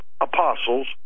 apostles